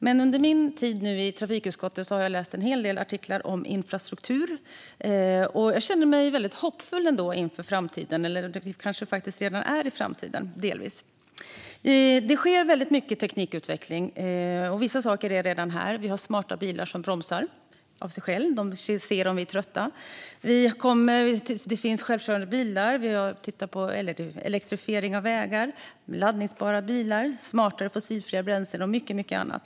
Men under min tid i trafikutskottet har jag läst en hel del artiklar om infrastruktur. Jag känner mig ändå väldigt hoppfull inför framtiden. Vi kanske faktiskt redan delvis är i framtiden; det sker mycket teknikutveckling, och vissa saker är redan här. Vi har smarta bilar som bromsar av sig själva, och de ser om vi är trötta. Det finns självkörande bilar, och vi har tittat på elektrifiering av vägar. Det finns laddbara bilar, smartare fossilfria bränslen och mycket, mycket annat.